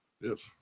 Yes